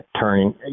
turning